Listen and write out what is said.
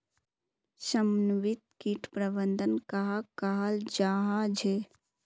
समन्वित किट प्रबंधन कहाक कहाल जाहा झे?